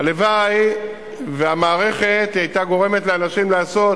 הלוואי שהמערכת היתה גורמת לאנשים לעשות